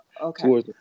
Okay